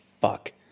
fuck